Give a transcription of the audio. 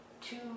two